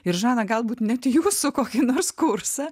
ir žana galbūt net jūsų kokį nors kursą